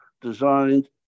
designed